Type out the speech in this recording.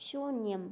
शून्यम्